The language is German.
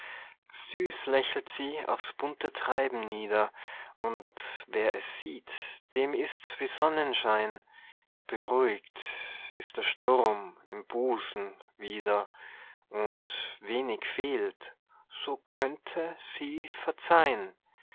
süß lächelt sie auf's bunte treiben nieder und wer es sieht dem ist's wie sonnenschein beruhigt ist der sturm im busen wieder und wenig fehlt so könnte sie verzeihn